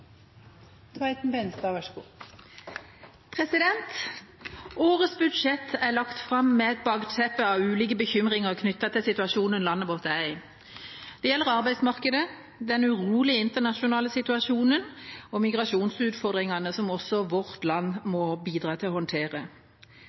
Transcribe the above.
lagt fram med et bakteppe av ulike bekymringer knyttet til situasjonen landet vårt er i. Det gjelder arbeidsmarkedet, den urolige internasjonale situasjonen og migrasjonsutfordringene som også vårt land må bidra til å håndtere.